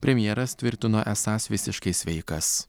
premjeras tvirtino esąs visiškai sveikas